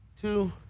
two